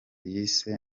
yise